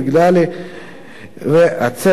לצוות הוועדה,